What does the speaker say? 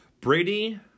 Brady